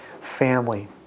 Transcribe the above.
family